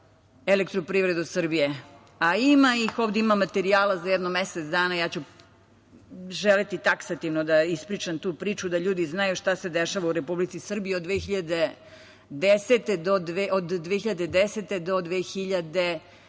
elektroprivredu Srbije, a ovde ima materijala za mesec dana. Ja ću želeti taksativno da ispričam tu priču, da ljudi znaju šta se dešava u Republici Srbiji od 2000. do 2012.